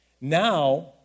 now